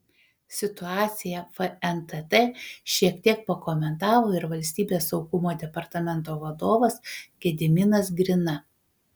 situaciją fntt šiek tiek pakomentavo ir valstybės saugumo departamento vadovas gediminas grina